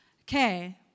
Okay